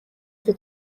byo